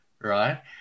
Right